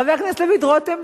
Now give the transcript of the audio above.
חבר הכנסת דוד רותם,